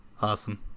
Awesome